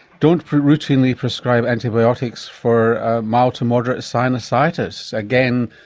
don't routinely prescribe antibiotics for a mild to moderate sinusitis. again,